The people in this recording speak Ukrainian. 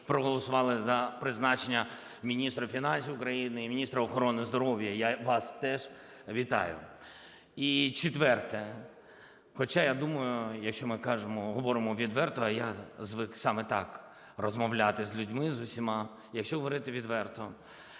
проголосували за призначення міністра фінансів України і міністра охорони здоров'я. Я вас теж вітаю! І четверте. Хоча, я думаю, якщо ми говоримо відверто, а я звик саме так розмовляти з людьми з усіма. Якщо говорити відверто,